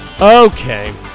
Okay